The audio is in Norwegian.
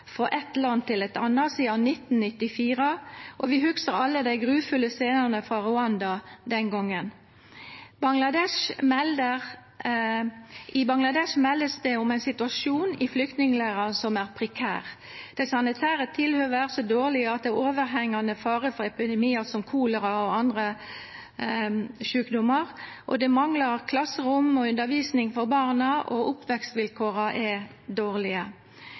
fra et land til et annet siden 1994. Vi husker alle de grufulle scenene fra Rwanda den gangen. I Bangladesh meldes det om en situasjon i flyktningleirer som er prekær. De sanitære forholdene er så dårlige at det er overhengende fare for epidemier som kolera og andre sykdommer. Det mangler klasserom og undervisning for barna, og oppvekstvilkårene er dårlige.